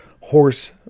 horse